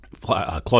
Claude